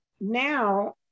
now